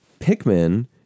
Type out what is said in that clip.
Pikmin